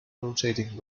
rotating